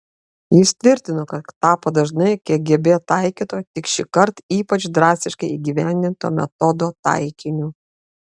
jis tvirtino kad tapo dažnai kgb taikyto tik šįkart ypač drastiškai įgyvendinto metodo taikiniu